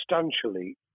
substantially